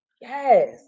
yes